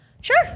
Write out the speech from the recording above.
sure